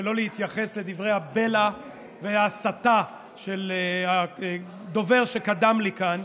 שלא להתייחס לדברי הבלע וההסתה של הדובר שקדם לי כאן,